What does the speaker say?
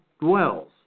dwells